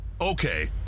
okay